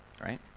right